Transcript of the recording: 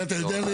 את זה אתה יודע?